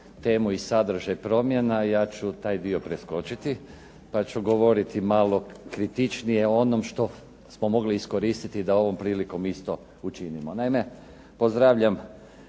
temu i sadržaj promjena, ja ću taj dio preskočiti, pa ću govoriti malo kritičnije o onom što smo mogli iskoristiti da ovom prilikom isto učinimo. Naime, pozdravljam